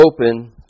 open